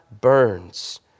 burns